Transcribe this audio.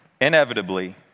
inevitably